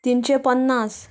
तिनशे पन्नास